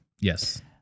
Yes